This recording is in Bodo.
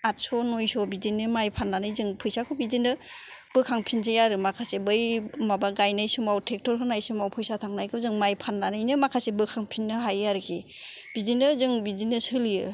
आरस' नयस' बिदिनो माय फाननानै जों फैसाखौ बिदिनो बोखांफिनसै आरो माखासे बै माबा गायनाय समाव ट्रेक्टर होनाय समाव फैसा थांनायखौ जों माय फाननानै नों माखासे बोखांफिननो हायो आरोखि बिदिनो जों बिदिनो सोलियो